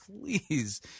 please